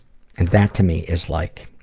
and that to me, is like,